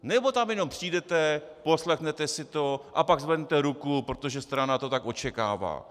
Nebo tam jenom přijdete, poslechnete si to a pak zvednete ruku, protože strana to tak očekává?